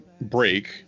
break